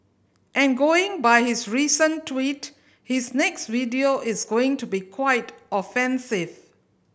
and going by his recent tweet his next video is going to be quite offensive